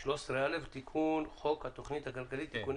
13א. תיקון חוק התוכנית הכלכלית (תיקוני